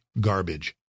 garbage